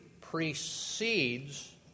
precedes